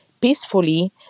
peacefully